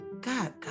God